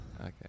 Okay